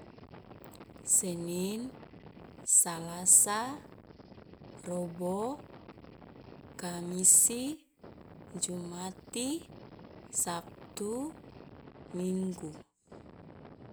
Senin, salasa, robo, kamisi, jumati, sabtu, minggu.